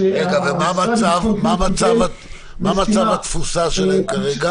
מה מצב התפוסה שלהם כרגע?